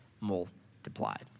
multiplied